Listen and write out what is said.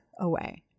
away